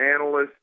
analysts